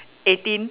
eighteen